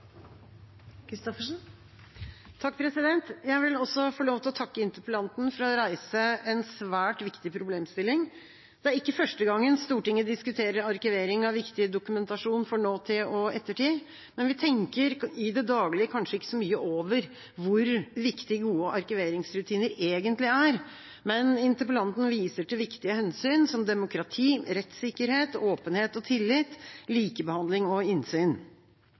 statlig sektor. Jeg vil også få lov til å takke interpellanten for å reise en svært viktig problemstilling. Det er ikke første gangen Stortinget diskuterer arkivering av viktig dokumentasjon for nåtid og ettertid. Vi tenker i det daglige kanskje ikke så mye over hvor viktig gode arkiveringsrutiner egentlig er, men interpellanten viser til viktige hensyn som demokrati, rettssikkerhet, åpenhet og tillit, likebehandling og innsyn.